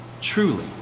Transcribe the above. truly